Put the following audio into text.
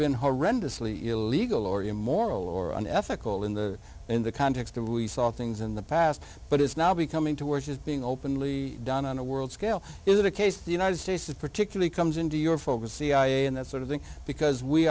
been horrendously illegal or immoral or unethical in the in the context of we saw things in the past but is now becoming to worse is being openly done on a world scale is it a case the united states particularly comes into your focus cia and that sort of thing because we